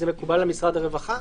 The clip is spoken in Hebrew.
זה מקובל על משרד הרווחה?